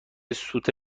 سوت